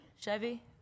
Chevy